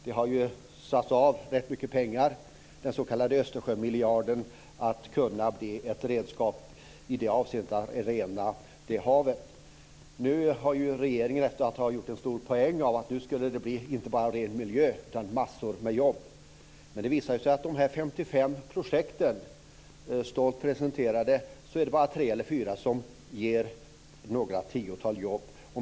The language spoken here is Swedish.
Det har avsatts rätt mycket pengar - den s.k. Östersjömiljarden - för att kunna skapa redskap för att rena havet. Regeringen gjorde en stor poäng av att det inte bara skulle bli ren miljö utan också massor med jobb. Det visade sig att av de 55 projekt som är presenterade är det bara tre eller fyra som ger något tiotal jobb.